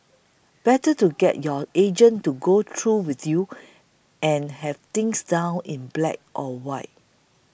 better to get your agent to go through with you and have things down in black or white